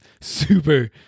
super